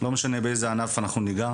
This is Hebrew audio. לא משנה באיזה ענף ניגע.